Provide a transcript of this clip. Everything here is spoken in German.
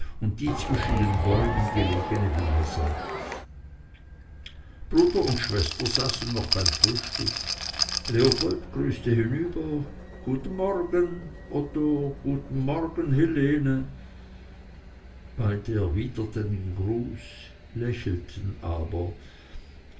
und die zwischen den bäumen gelegene villa sah bruder und schwägerin saßen noch beim frühstück leopold grüßte hinüber guten morgen otto guten morgen helene beide erwiderten den gruß lächelten aber